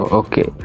okay